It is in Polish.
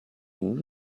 już